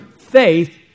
faith